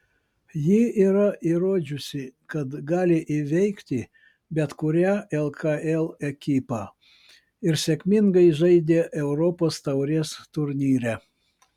ji yra įrodžiusi kad gali įveikti bet kurią lkl ekipą ir sėkmingai žaidė europos taurės turnyre